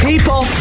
People